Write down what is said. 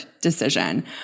decision